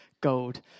gold